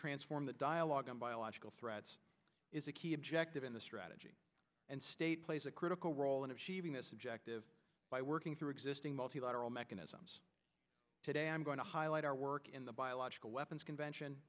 transform the dialogue on biological threats is a key objective in the strategy and state plays a critical role in this objective by working through existing multilateral mechanisms today i'm going to highlight our work in the biological weapons convention